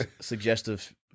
suggestive